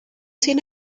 sin